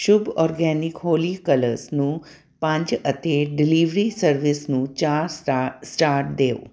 ਸ਼ੁਭ organic Holi colours ਨੂੰ ਪੰਜ ਅਤੇ ਡਿਲੀਵਰੀ ਸਰਵਿਸ ਨੂੰ ਚਾਰ ਸਟਾ ਸਟਾਰ ਦਿਓ